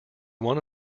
one